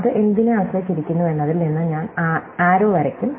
അത് എന്തിനെ ആശ്രയിച്ചിരിക്കുന്നു എന്നതിൽ നിന്ന് ഞാൻ ആരോ വരക്കും